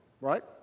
right